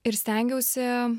ir stengiausi